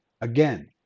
Again